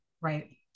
right